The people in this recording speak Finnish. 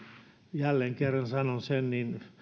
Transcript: jälleen kerran sanon sen